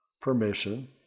permission